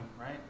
right